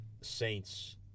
Saints